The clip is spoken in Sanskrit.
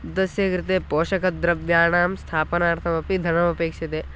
तस्य कृते पोषकद्रव्याणां स्थापनार्थमपि धनमपेक्ष्यते